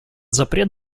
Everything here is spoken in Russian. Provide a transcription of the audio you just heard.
запрет